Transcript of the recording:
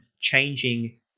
changing